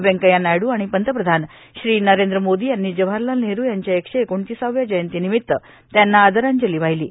वेंकय्या नायड् आणि पंतप्रधान नरेंद्र मोदी यांनी जवाहरलाल नेहरू यांच्या एकशे एकोणतिसाव्या जयंतीनिमित्त त्यांना आदरांजली वाहिली आहे